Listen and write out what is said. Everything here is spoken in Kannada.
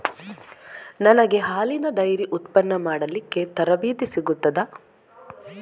ನನಗೆ ಹಾಲಿನ ಡೈರಿ ಉತ್ಪನ್ನ ಮಾಡಲಿಕ್ಕೆ ತರಬೇತಿ ಸಿಗುತ್ತದಾ?